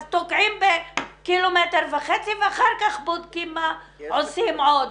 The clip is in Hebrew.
אז תוקעים בקילומטר וחצי ואחר כך בודקים מה עושים עוד.